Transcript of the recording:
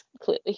clearly